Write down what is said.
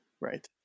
Right